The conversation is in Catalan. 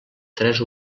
tres